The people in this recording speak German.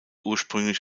ursprünglich